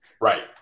Right